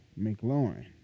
McLaurin